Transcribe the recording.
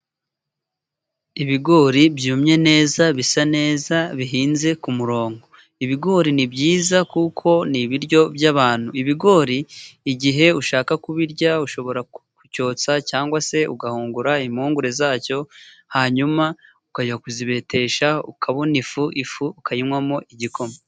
Ibigori byumye neza bisa neza bihinze ku murongo, ibigori ni byiza kuko ni ibiryo by'abantu, ibigori igihe ushaka kubirya ushobora kucyotsa, cyangwa se ugahungura impongore zacyo hanyuma ukajya kuzibetesha ukabona ifu, ifu ukayinwamo igikoma.